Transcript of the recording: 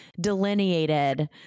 delineated